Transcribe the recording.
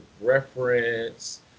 reference